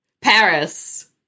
Paris